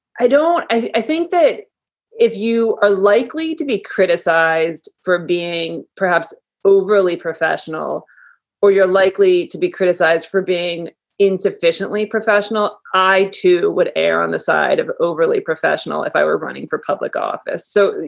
i don't i think that if you are likely to be criticized for being perhaps overly professional or you're likely to be criticized for being insufficiently professional, i too would air on the side of overly professional if i were running for public office. so,